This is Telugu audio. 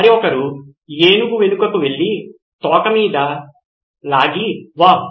మరొకరు ఏనుగు వెనుకకు వెళ్లి తోక మీద లాగి వావ్